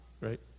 right